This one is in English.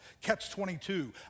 catch-22